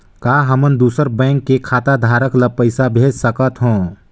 का हमन दूसर बैंक के खाताधरक ल पइसा भेज सकथ हों?